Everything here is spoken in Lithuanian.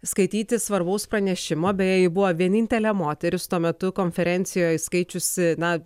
skaityti svarbaus pranešimo beje ji buvo vienintelė moteris tuo metu konferencijoj skaičiusi na